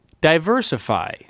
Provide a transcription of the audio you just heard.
diversify